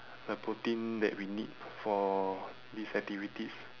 the protein that we need for these activities